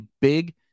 big